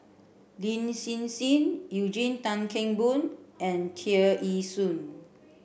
Lin Hsin Hsin Eugene Tan Kheng Boon and Tear Ee Soon